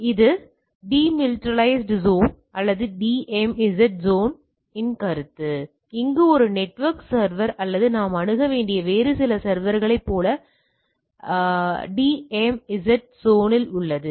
எனவே இது demilitarized zone அல்லது DMZ சோன் இன் கருத்து அங்கு ஒரு நெட் சர்வர் அல்லது நாம் அணுக வேண்டிய வேறு சில சர்வர்களைப் போல அணுக வேண்டிய வெளிப்புற சர்வர் DMZ சோன் இல் உள்ளது